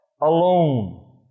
alone